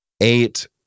eight